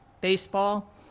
baseball